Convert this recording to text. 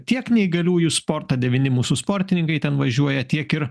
tiek neįgaliųjų sportą devyni mūsų sportininkai ten važiuoja tiek ir